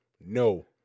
No